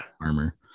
armor